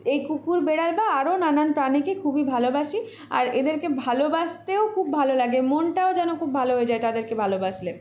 এই কুকুর বেড়াল বা আরো নানান প্রাণীকে খুবই ভালোবাসি আর এদেরকে ভালোবাসতেও খুব ভালো লাগে মনটাও যেন খুব ভালো হয়ে যায় তাদেরকে ভালোবাসলে